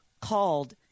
called